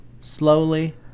slowly